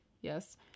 yes